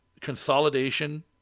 consolidation